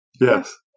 yes